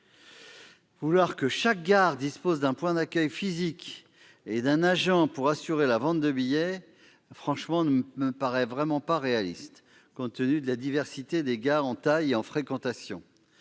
Vouloir que chaque gare dispose d'un point d'accueil physique et d'un agent pour assurer la vente de billets ne me paraît franchement pas réaliste, compte tenu de la diversité, en taille et en fréquentation,